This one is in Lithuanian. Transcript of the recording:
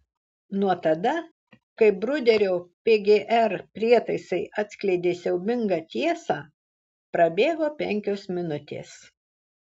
nuo tada kai bruderio pgr prietaisai atskleidė siaubingą tiesą prabėgo penkios minutės